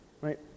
Right